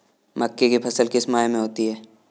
मक्के की फसल किस माह में होती है?